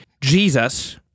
Jesus